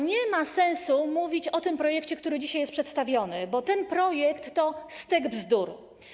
Nie ma sensu mówić o tym projekcie, który dzisiaj jest przedstawiony, bo ten projekt to stek bzdur.